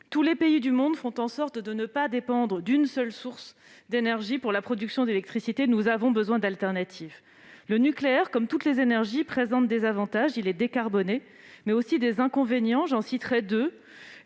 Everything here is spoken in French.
Tous les pays du monde font en sorte de ne pas dépendre d'une seule source d'énergie pour la production d'électricité. Nous avons besoin de solutions de rechange. Le nucléaire, comme toutes les énergies, présente des avantages : il est décarboné. Il présente également des inconvénients, parmi